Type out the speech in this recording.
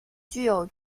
具有